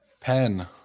Pen